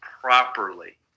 properly